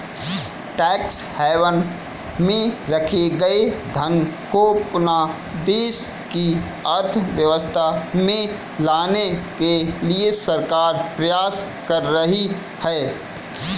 tax haven में रखे गए धन को पुनः देश की अर्थव्यवस्था में लाने के लिए सरकार प्रयास कर रही है